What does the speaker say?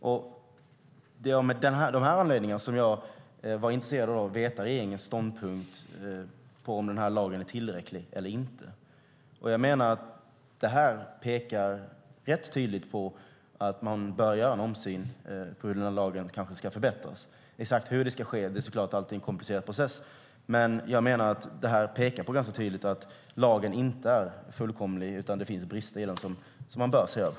Det var av dessa anledningar som jag var intresserad av att veta regeringens ståndpunkt när det gäller om denna lag är tillräcklig eller inte. Jag menar att detta rätt tydligt pekar på att man bör se över detta igen för att se om lagen kanske ska förbättras. Exakt hur det ska ske är såklart en komplicerad process. Men jag menar att detta ganska tydligt pekar på att lagen inte är fullkomlig utan att det finns brister i den som man bör se över.